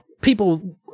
people